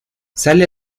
sale